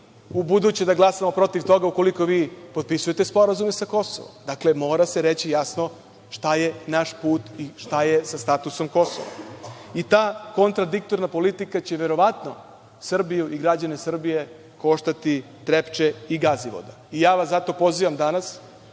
u buduće da glasamo protiv toga, ukoliko vi potpisujete sporazume sa Kosovom? Mora se reći jasno šta je naš put i šta je sa statusom Kosova. Ta kontradiktorna politika će verovatno Srbiju i građane Srbije koštati Trepče i Gazivode. Pozivam vas danas